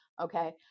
okay